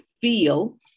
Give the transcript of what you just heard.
feel